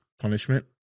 punishment